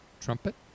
Trumpet